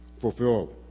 fulfill